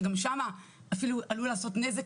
שגם שם השינוי אפילו עלול לעשות נזק,